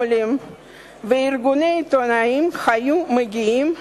מו"לים וארגוני עיתונאים היו מגיעים